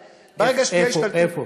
אה,